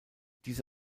diese